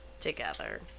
Together